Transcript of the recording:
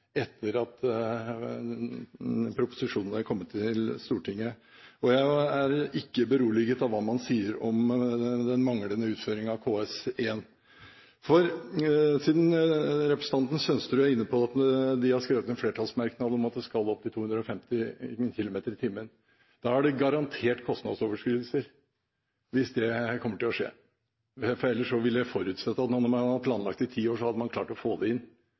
etter at proposisjonen kom til Stortinget. Jeg er ikke beroliget av hva man sier om den manglende utføring av KS1. Representanten Sønsterud er inne på at de har skrevet en flertallsmerknad om at hastigheten skal opp i 250 km/t. Da er det garantert kostnadsoverskridelser, hvis det skjer. Ellers vil jeg forutsette at når man har planlagt noe i ti år, så hadde man klart å få det inn